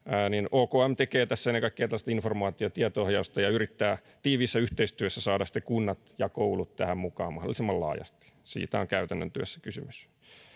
okm tekee tässä ennen kaikkea informaatio ja tieto ohjausta ja yrittää tiiviissä yhteistyössä saada kunnat ja koulut tähän mukaan mahdollisimman laajasti siitä on käytännön työssä kysymys